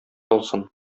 алсын